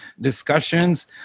discussions